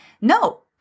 No